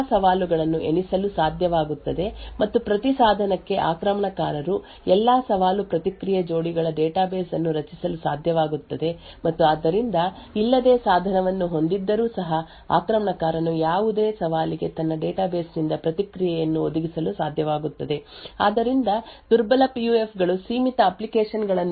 ಆದ್ದರಿಂದ ದುರ್ಬಲ ಪಿಯುಎಫ್ ನ ಸಮಸ್ಯೆ ಏನೆಂದರೆ ವಿಭಿನ್ನ ಸವಾಲುಗಳ ಸಂಖ್ಯೆಯು ಸೀಮಿತವಾಗಿರುವುದರಿಂದ ಆಕ್ರಮಣಕಾರರು ಈ ಎಲ್ಲಾ ಸವಾಲುಗಳನ್ನು ಎಣಿಸಲು ಸಾಧ್ಯವಾಗುತ್ತದೆ ಮತ್ತು ಪ್ರತಿ ಸಾಧನಕ್ಕೆ ಆಕ್ರಮಣಕಾರರು ಎಲ್ಲಾ ಸವಾಲು ಪ್ರತಿಕ್ರಿಯೆ ಜೋಡಿಗಳ ಡೇಟಾಬೇಸ್ ಅನ್ನು ರಚಿಸಲು ಸಾಧ್ಯವಾಗುತ್ತದೆ ಮತ್ತು ಆದ್ದರಿಂದ ಇಲ್ಲದೆ ಸಾಧನವನ್ನು ಹೊಂದಿದ್ದರೂ ಸಹ ಆಕ್ರಮಣಕಾರನು ಯಾವುದೇ ಸವಾಲಿಗೆ ತನ್ನ ಡೇಟಾಬೇಸ್ ನಿಂದ ಪ್ರತಿಕ್ರಿಯೆಯನ್ನು ಒದಗಿಸಲು ಸಾಧ್ಯವಾಗುತ್ತದೆ ಆದ್ದರಿಂದ ದುರ್ಬಲ ಪಿಯುಎಫ್ ಗಳು ಸೀಮಿತ ಅಪ್ಲಿಕೇಶನ್ ಗಳನ್ನು ಹೊಂದಿವೆ